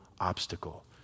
obstacle